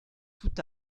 tout